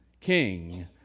king